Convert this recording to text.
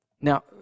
Now